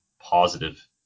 positive